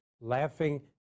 laughing